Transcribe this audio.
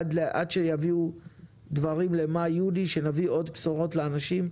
עד שנביא עוד בשורות לאנשים.